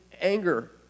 anger